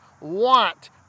want